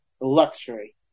luxury